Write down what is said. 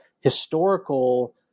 historical